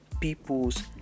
people's